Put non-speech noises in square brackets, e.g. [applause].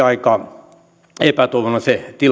[unintelligible] aika epätoivoinen